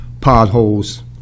potholes